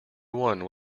one